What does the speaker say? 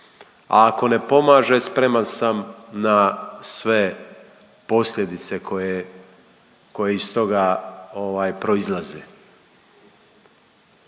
a ako ne pomaže spreman sam na sve posljedice koje iz toga proizlaze.